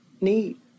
need